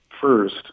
first